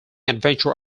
adventure